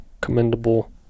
commendable